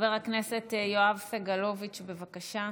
חבר הכנסת יואב סגלוביץ', בבקשה.